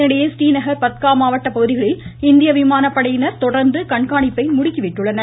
இதனிடையே ஸ்ரீநகர் பத்கா மாவட்ட பகுதிகளில் இந்திய விமான படையினர் தொடர்ந்து கண்காணிப்பை முடுக்கிவிட்டுள்ளனர்